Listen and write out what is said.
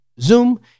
zoom